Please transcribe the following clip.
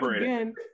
again